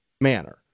manner